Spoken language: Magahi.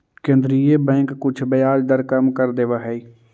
केन्द्रीय बैंक कुछ ब्याज दर कम कर देवऽ हइ